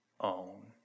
own